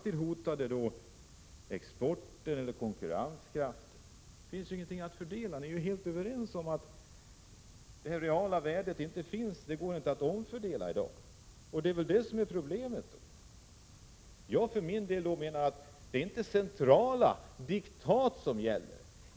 Ni talar om att exporten och konkurrenskraften hotas, och ni tycks vara helt överens om att det inte är möjligt att åstadkomma några reella förbättringar för arbetstagarna. Det är väl det som är problemet. Jag för min del menar att det inte är centrala diktat som gäller.